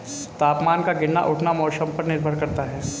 तापमान का गिरना उठना मौसम पर निर्भर करता है